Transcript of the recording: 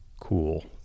cool